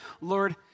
Lord